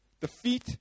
defeat